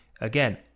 Again